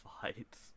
fights